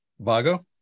Bago